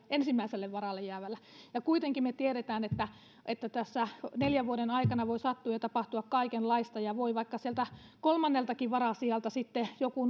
ensimmäisellä varalle jäävällä ja kuitenkin me tiedämme että että tässä neljän vuoden aikana voi sattua ja tapahtua kaikenlaista ja voi vaikka sieltä kolmanneltakin varasijalta sitten joku